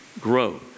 grow